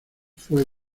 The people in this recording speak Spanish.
fue